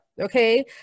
okay